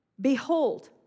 behold